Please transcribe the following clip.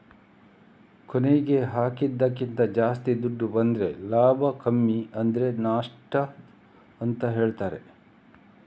ಕೊನೆಗೆ ಹಾಕಿದ್ದಕ್ಕಿಂತ ಜಾಸ್ತಿ ದುಡ್ಡು ಬಂದ್ರೆ ಲಾಭ ಕಮ್ಮಿ ಆದ್ರೆ ನಷ್ಟ ಅಂತ ಹೇಳ್ತಾರೆ